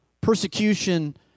persecution